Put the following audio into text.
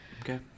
Okay